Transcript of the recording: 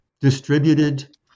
distributed